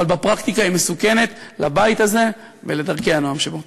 בפרקטיקה היא מסוכנת לבית הזה ולדרכי הנועם שבו.